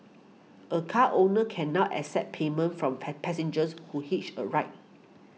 a car owner can now accept payment from pie passengers who hitch a ride